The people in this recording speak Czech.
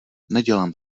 nedělám